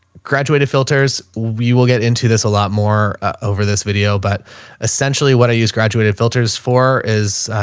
graduated filters, we will get into this a lot more, ah, over this video. but essentially what i use graduated filters for is,